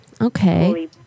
Okay